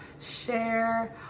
share